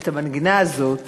את המנגינה הזאת